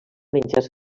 menjars